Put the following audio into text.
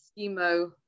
Schemo